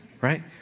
right